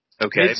Okay